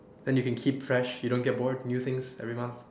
then you can keep fresh you don't get bored new things every month